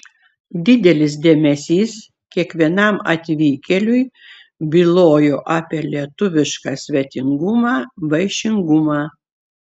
didelis dėmesys kiekvienam atvykėliui bylojo apie lietuvišką svetingumą vaišingumą